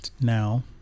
now